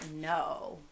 no